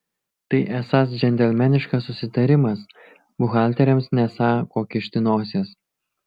tai esąs džentelmeniškas susitarimas buhalteriams nesą ko kišti nosies